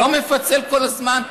לא מפצל כל הזמן?